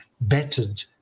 bettered